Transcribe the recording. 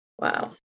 wow